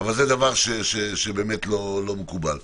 זה דבר שבאמת לא מקובל.